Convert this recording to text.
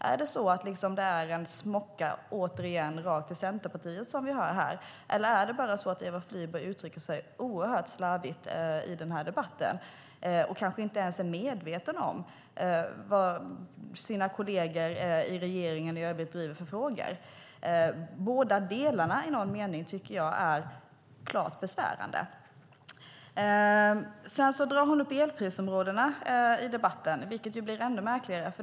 Är det återigen en smocka rakt mot Centerpartiet som vi hör här, eller är det bara så att Eva Flyborg uttrycker sig oerhört slarvigt i debatten och kanske inte ens är medveten om vilka frågor som hennes kolleger i regeringen driver? Båda delarna tycker jag är klart besvärande. Hon drar upp elprisområdena i debatten, vilket blir ännu märkligare.